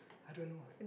I don't know eh